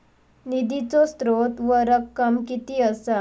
निधीचो स्त्रोत व रक्कम कीती असा?